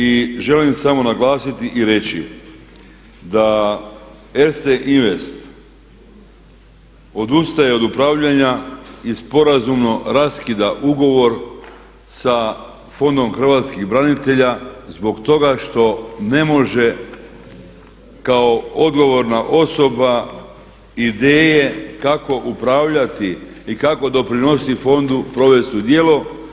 I želim samo naglasiti i reći da Erste-invest odustaje od upravljanja i sporazumno raskida ugovor sa Fondom hrvatskih branitelja zbog toga što ne može kao odgovorna osoba ideje kako upravljati i kako doprinositi fondu provesti u djelo.